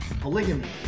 Polygamy